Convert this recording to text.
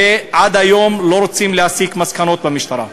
ועד היום לא רוצים להסיק מסקנות במשטרה.